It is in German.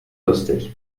lustig